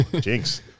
Jinx